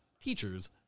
teachers